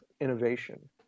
innovation